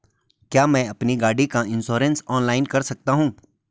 क्या मैं अपनी गाड़ी का इन्श्योरेंस ऑनलाइन कर सकता हूँ?